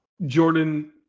jordan